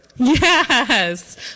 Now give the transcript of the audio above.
Yes